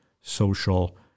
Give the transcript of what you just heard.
social